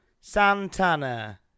Santana